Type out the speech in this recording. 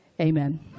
Amen